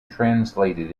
translated